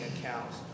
accounts